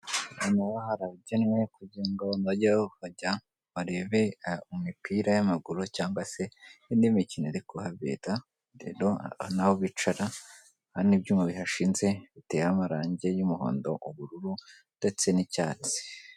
Nyuma haragenwe kugira ngo bajye bajya barebe imipira y'amaguru cyangwa se indi mikino iri kuhabi bita dero naho bicara hari n'ibyuma bihashinze bitera amarangi y'umuhondo, ubururu ndetse n'icyatsi.